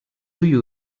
you